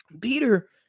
Peter